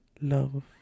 love